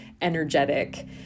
energetic